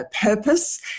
purpose